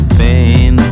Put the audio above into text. pain